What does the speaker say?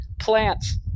plants